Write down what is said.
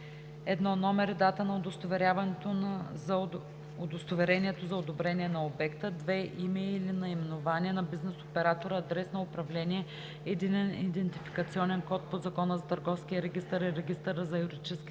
1. номер и дата на удостоверението за одобрение на обекта; 2. име или наименование на бизнес оператора, адрес на управление, единен идентификационен код по Закона за търговския регистър и регистъра на юридическите